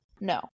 no